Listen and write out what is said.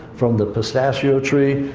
from the pistachio tree.